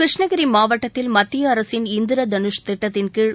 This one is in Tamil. கிருஷ்ணகிரி மாவட்டத்தில் மத்திய அரசின் இந்திர தனுஷ் திட்டத்தின்கீழ்